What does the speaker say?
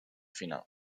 final